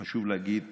חשוב להגיד,